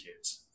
kids